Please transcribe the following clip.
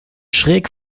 schräg